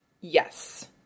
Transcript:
Yes